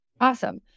Awesome